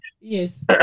Yes